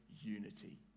unity